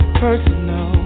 personal